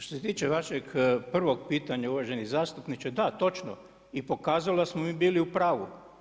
Što se tiče vašeg prvog pitanja, uvaženi zastupniče, da točno, i pokazalo se da smo mi bili upravu.